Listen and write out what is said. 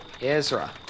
Ezra